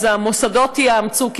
המוסדות יאמצו,